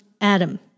Adam